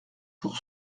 pour